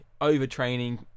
overtraining